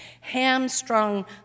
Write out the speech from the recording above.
hamstrung